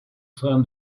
sein